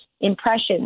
impressions